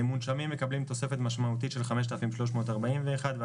מונשמים מקבלים תוספת משמעותית של 5,341 שקלים